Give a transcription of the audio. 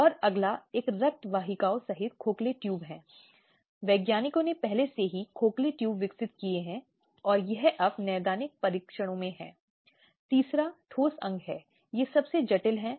अब यह अधिनियम स्पष्ट रूप से कहता है कि घरेलू संबंध में कोई भी महिला घरेलू हिंसा का शिकार हो सकती है या घरेलू हिंसा की शिकायत ला सकती है